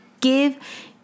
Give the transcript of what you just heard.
give